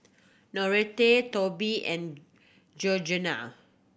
Noreta Tobie and Georgeanna